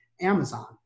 Amazon